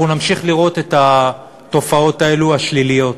אנחנו נמשיך לראות את התופעות האלה, השליליות.